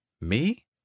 Me